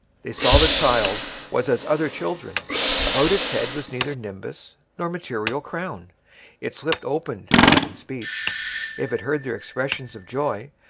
they saw the child was as other children about its head was neither nimbus nor material crown its lips opened not in speech if it heard their expressions of joy,